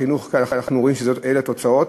כשאנחנו רואים שאלה התוצאות,